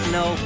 no